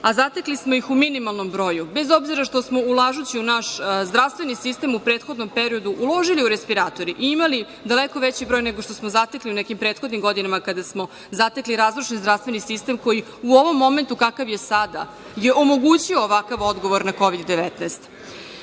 a zatekli smo ih u minimalnom broju, bez obzira što smo ulažući u naš zdravstveni sistem u prethodnom periodu uložili u respiratore i imali daleko već broj nego što smo zatekli u nekim prethodnim godinama kada smo zatekli razrušeni zdravstveni sistem koji u ovom momentu kakav je bio sada je omogućio ovakav odgovor na COVID